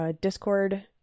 Discord